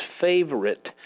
favorite